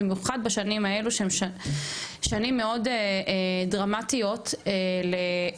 במיוחד בשנים האלו שהן שנים מאוד דרמטיות לעדכונים